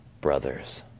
brothers